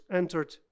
entered